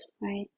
right